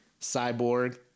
cyborg